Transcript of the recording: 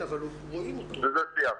בזה סיימתי.